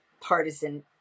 partisan